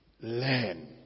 Learn